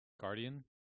Guardian